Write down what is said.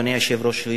אדוני היושב-ראש,